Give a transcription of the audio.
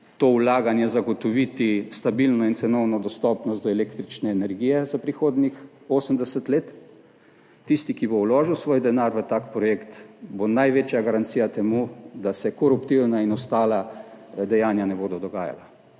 to vlaganje zagotoviti stabilno in cenovno dostopnost do električne energije za prihodnjih 80 let, tisti, ki bo vložil svoj denar v tak projekt, bo največja garancija temu, da se koruptivna in ostala dejanja ne bodo dogajala,